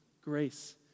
grace